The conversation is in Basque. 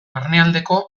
barnealdeko